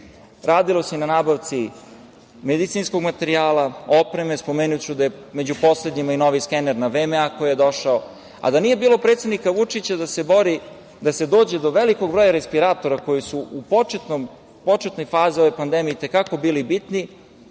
Srbije. Radilo se i na nabavci medicinskog materijala, opreme. Spomenuću da je među poslednjima i novi skener na VMA koji je došao. Da nije bilo predsednika Vučića da se bori da se dođe do velikog broja respiratora, koji su u početnoj fazi ove pandemije itekako bili bitni